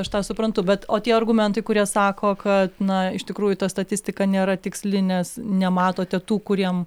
aš tą suprantu bet o tie argumentai kurie sako kad na iš tikrųjų ta statistika nėra tiksli nes nematote tų kuriem